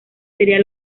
sería